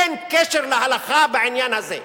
אין קשר להלכה בעניין הזה.